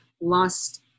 lost